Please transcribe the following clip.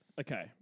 okay